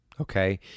Okay